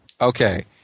Okay